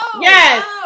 Yes